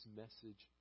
message